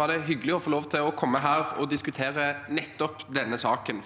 var det hyggelig å få lov til å komme hit og diskutere nettopp denne saken.